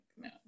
no